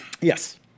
Yes